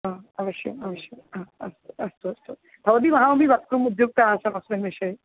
हा अवश्यम् अवश्यम् हा अस्तु अस्तु अस्तु भवती अहमपि वक्तुम् उद्युक्ता आसम् अस्मिन् विषये